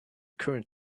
current